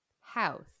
house